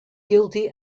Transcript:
guilty